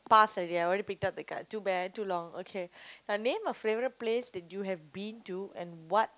pass already I already pick up the card too bad too long okay the name of favourite place that you have been to and what